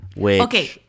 Okay